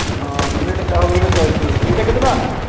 ହଁ ଆଉ ଏଇଟା ଚଏସ୍ ଏଇଟା କେତେ ଟଆଁ